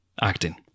acting